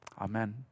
Amen